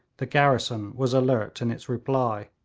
the garrison was alert in its reply.